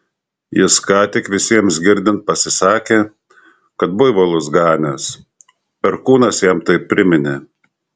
jis ką tik visiems girdint pasisakė kad buivolus ganęs perkūnas jam tai priminė